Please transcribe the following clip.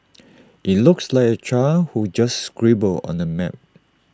IT looks like A child who just scribbled on the map